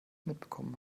mitbekommen